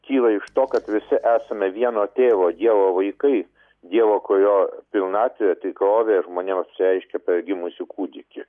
kyla iš to kad visi esame vieno tėvo dievo vaikai dievo kurio pilnatvė tikrovė žmonėm apsireiškė per gimusį kūdikį